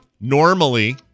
normally